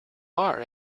are